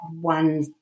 one